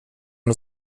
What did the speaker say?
det